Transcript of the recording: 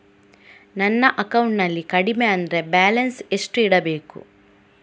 ನನ್ನ ಅಕೌಂಟಿನಲ್ಲಿ ಕಡಿಮೆ ಅಂದ್ರೆ ಬ್ಯಾಲೆನ್ಸ್ ಎಷ್ಟು ಇಡಬೇಕು?